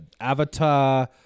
Avatar